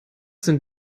sind